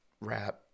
rap